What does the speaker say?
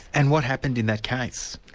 and what happened in that case?